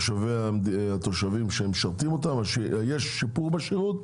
התושבים אותם משרתים ויש שיפור בשירות.